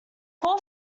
four